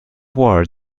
ward